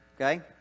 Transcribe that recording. Okay